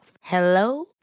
Hello